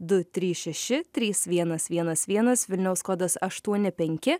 du trys šeši trys vienas vienas vienas vilniaus kodas aštuoni penki